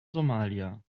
somalia